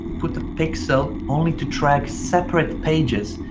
put the pixel only to track separate pages.